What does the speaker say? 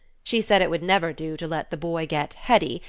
she said it would never do to let the boy get heady,